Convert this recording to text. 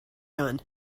gun